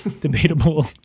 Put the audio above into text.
Debatable